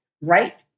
right